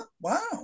Wow